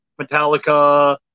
Metallica